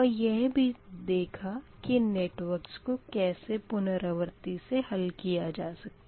और यह भी देखा है कि नेटवर्क्स को कैसे पुनरावर्ती से हल किया जा सकता है